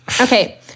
Okay